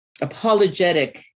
apologetic